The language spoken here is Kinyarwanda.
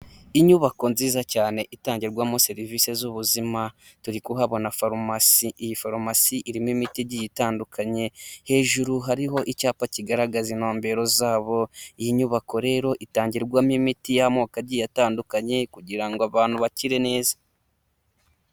Inyubako nziza cyane itangirwamo serivisi z'ubuzima. Turi kuhabona farumasi, iyi farumasi irimo imitigi itandukanye. Hejuru hariho icyapa kigaragaza intumbero zabo. Iyi nyubako rero itangirwamo imiti y'amoko atandukanye kugira abantu bakire neza.